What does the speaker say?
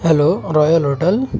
hello royal hotel